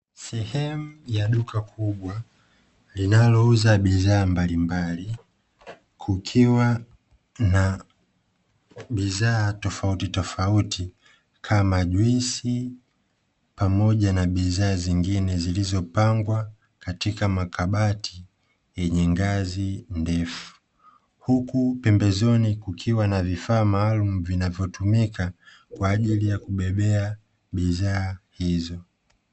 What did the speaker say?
Sehemu ya duka kubwa linalouza bidhaa mbalimbali kukiwa na bidhaa tofautitofauti kama juisi pamoja na bidhaa zingine zilizopangwa katika makabati yenye ngazi ndefu, huku pembezoni kukikwa na vifaa maalumu kwa ajili ya kubebea bidhaa hizo.